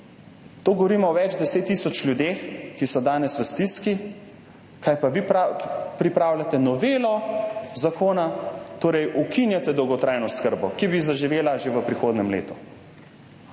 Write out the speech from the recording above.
Govorimo o več 10 tisoč ljudeh, ki so danes v stiski – kaj pa vi pripravljate? Novelo zakona. Torej ukinjate dolgotrajno oskrbo, ki bi zaživela že v prihodnjem letu.